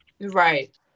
right